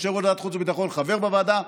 יושב-ראש ועדת חוץ וביטחון וחבר בוועדה: